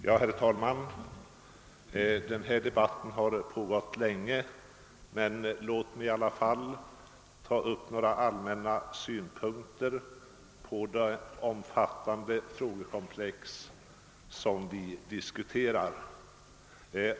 Herr talman! Denna debatt har pågått länge, men låt mig i alla fall ta upp några allmänna synpunkter på det omfattande frågekomplex som vi diskuterar.